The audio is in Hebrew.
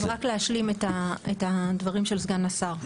אז רק להשלים את הדברים של סגן השר.